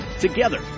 Together